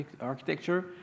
architecture